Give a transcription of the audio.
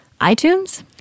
iTunes